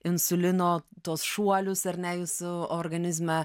insulino tuos šuolius ar ne jūsų organizme